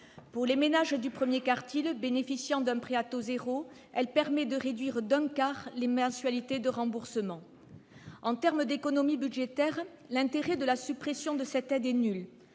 Pour les ménages du premier quartile bénéficiant d'un prêt à taux zéro, elle permet de réduire d'un quart les mensualités de remboursement. En termes d'économies budgétaires, l'intérêt de la suppression de cette aide est nul